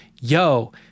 yo